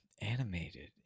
Animated